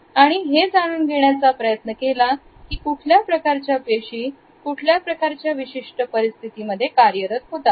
आणि हे जाणून घेण्याचा प्रयत्न केला की कुठल्या प्रकारच्या पेशी कुठल्या प्रकारच्या विशिष्ट परिस्थितीमध्ये कार्यरत होतात